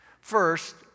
first